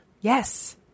Yes